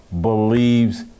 believes